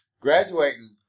graduating